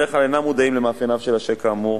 שבדרך כלל אינם מודעים למאפייניו של הצ'ק כאמור,